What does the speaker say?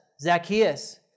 Zacchaeus